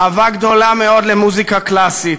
אהבה גדולה למוזיקה קלאסית.